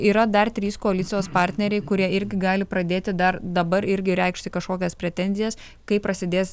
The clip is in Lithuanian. yra dar trys koalicijos partneriai kurie irgi gali pradėti dar dabar irgi reikšti kažkokias pretenzijas kai prasidės